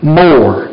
more